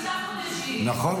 חמישה חודשים --- נכון.